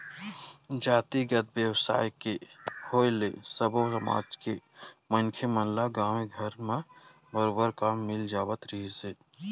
जातिगत बेवसाय के होय ले सब्बो समाज के मनखे मन ल गाँवे घर म बरोबर काम मिल जावत रिहिस हे